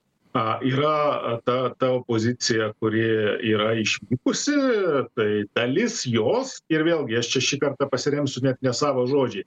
a yra ta tavo pozicija kuri yra išlikusi tai dalis jos ir vėlgi aš čia šį kartą pasiremsiu net ne savo žodžiai